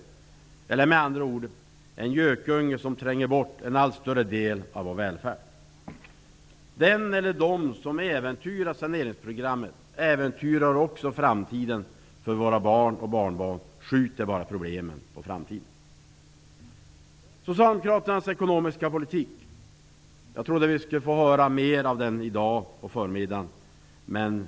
Med andra ord kan man säga att de kommer att bli en gökunge som tränger bort en allt större del av vår välfärd. Den eller de som äventyrar saneringsprogrammet äventyrar också framtiden för våra barn och barnbarn. De skjuter bara problemen på framtiden. Jag trodde att vi skulle få höra mer om Socialdemokraternas ekonomiska politik under förmiddagen.